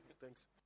thanks